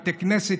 בתי כנסת,